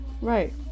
Right